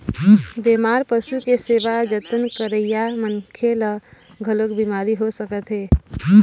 बेमार पशु के सेवा जतन करइया मनखे ल घलोक बिमारी हो सकत हे